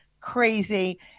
crazy